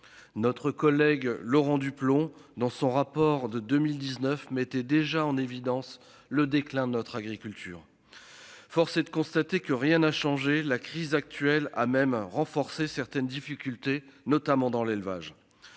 Notre collègue Laurent Duplomb dans son rapport de 2019 mettait déjà en évidence le déclin de notre agriculture. Force est de constater que rien n'a changé. La crise actuelle a même renforcé certaines difficultés notamment dans l'élevage.